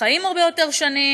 חיים הרבה יותר שנים.